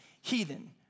Heathen